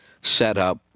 setup